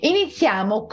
Iniziamo